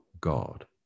God